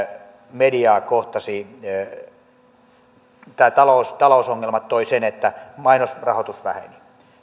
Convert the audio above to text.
mediaa kohtasi se että tämä talousongelma toi sen että mainosrahoitus väheni